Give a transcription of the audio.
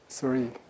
sorry